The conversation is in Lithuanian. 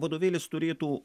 vadovėlis turėtų